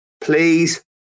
please